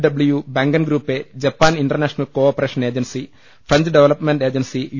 W ബാങ്കൻഗ്രൂപ്പെ Japan international cooperation agency French development agency U